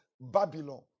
Babylon